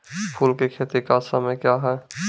फुल की खेती का समय क्या हैं?